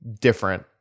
different